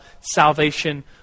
salvation